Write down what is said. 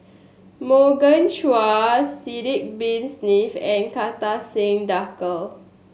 Morgan Chua Sidek Bin Saniff and Kartar Singh Thakral